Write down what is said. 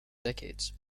decades